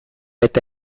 eta